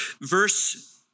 Verse